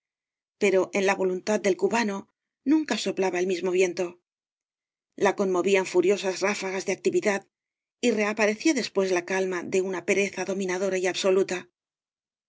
pero en la voluntad del cubano nunca soplaba el mismo viento la ccnmovían furiosas ráfagai de actividad y reaparecía después la calma de una períza dominadora y absoluta